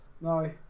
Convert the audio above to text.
No